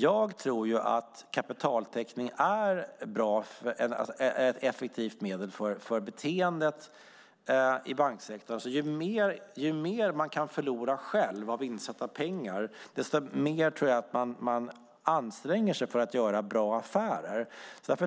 Jag tror att kapitaltäckning är ett effektivt medel för beteendet i banksektorn. Ju mer man kan förlora själv av insatta pengar desto mer tror jag att man anstränger sig för att göra bra affärer. Jag